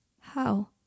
How